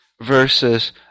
versus